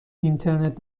اینترنت